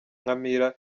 nkamira